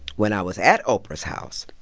when i was at oprah's house,